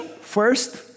First